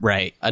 Right